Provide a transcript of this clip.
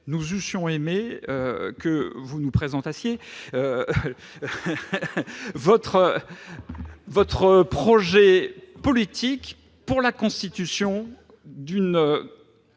Nous eussions aimé que vous nous présentassiez votre projet politique pour la constitution d'une